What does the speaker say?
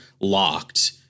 locked